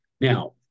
Now